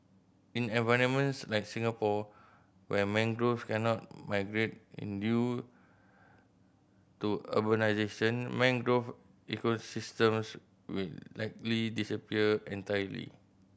in environments like Singapore where mangroves cannot migrate in due to urbanisation mangrove ecosystems will likely disappear entirely